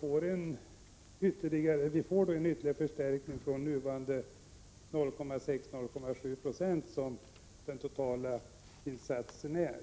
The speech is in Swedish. får vi ytterligare förstärkning från nuvarande 0,6—0,7 26, som den totala insatsen är.